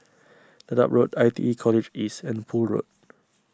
Dedap Road I T E College East and Poole Road